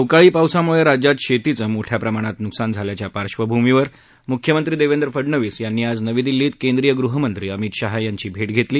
अवकाळी पावसाम्ळे राज्यात शेतीचं मोठ्या प्रमाणात न्कसान झाल्याच्या पार्श्वभूमीवर म्ख्यमंत्री देवेंद्र फडनवीस यांनी आज नवी दिल्लीत केंद्रीय गृहमंत्री अमित शहा यांची भेट घेतली